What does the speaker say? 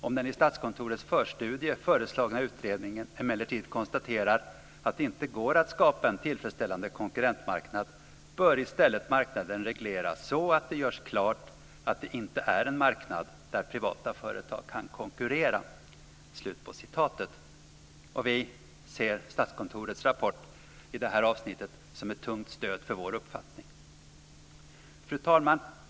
Om den i Statskontorets förstudie föreslagna utredningen emellertid konstaterar att det inte går att skapa en tillfredsställande konkurrentmarknad bör i stället marknaden regleras så att det görs klart att det inte är en marknad där privata företag kan konkurrera. Vi ser Statskontorets rapport i detta avsnitt som ett tungt stöd för vår uppfattning. Fru talman!